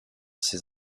ces